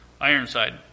Ironside